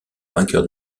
vainqueur